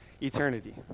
Eternity